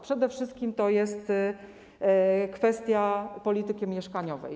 Przede wszystkim to jest kwestia polityki mieszkaniowej.